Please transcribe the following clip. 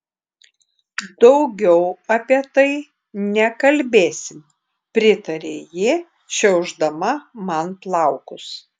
daugiau apie tai nekalbėsim pritarė ji šiaušdama man plaukus